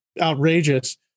outrageous